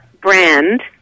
brand